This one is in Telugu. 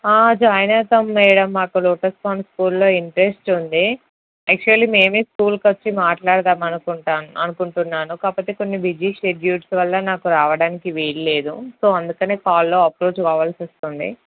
జాయిన్ అవుతాను మేడం మాకు లోటస్ పాండ్ స్కూల్లో ఇంట్రెస్ట్ ఉంది యాక్చువలీ మేమే స్కూల్కి వచ్చి మాట్లాడదాం అనుకుంటాం అనుకుంటున్నాను కాకపోతే కొన్ని బిజీ షెడ్యూల్స్ వల్ల నాకు రావడానికి వీలు లేదు సో అందుకే కాల్లో అప్రోచ్ కావాల్సి వస్తుంది